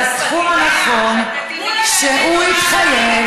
לסכום הנכון שהוא התחייב,